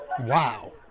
Wow